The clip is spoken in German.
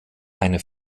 eine